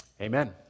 Amen